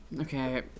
Okay